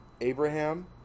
Abraham